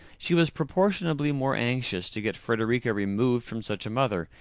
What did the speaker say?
she was proportionably more anxious to get frederica removed from such a mother,